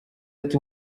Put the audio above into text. ati